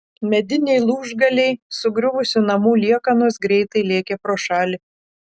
mediniai lūžgaliai sugriuvusių namų liekanos greitai lėkė pro šalį